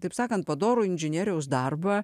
taip sakant padorų inžinieriaus darbą